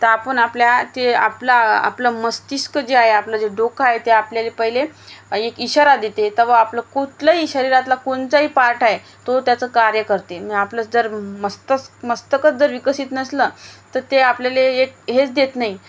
तर आपण आपल्या ते आपला आपलं मस्तिष्क जे आहे आपलं जे डोकं आहे ते आपल्याला पहिले एक इशारा देते तेव्हा आपलं कुठलंही शरीरातला कोणचाही पार्ट आहे तो त्याचं कार्य करते मग आपलं जर मस्तक मस्तक जर विकसित नसलं तर ते आपल्याला एक हेच देत नाही